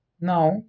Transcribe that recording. now